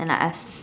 and like I